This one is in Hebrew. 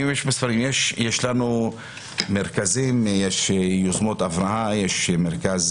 יש לנו מרכזים, יש יוזמות אברהם, יש מרכז